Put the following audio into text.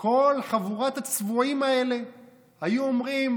כל חבורת הצבועים האלה היו אומרים: